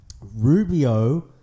Rubio